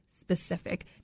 specific